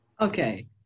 Okay